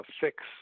fix